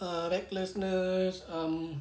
ah recklessness um